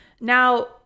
Now